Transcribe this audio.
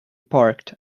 parked